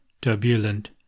turbulent